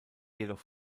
jedoch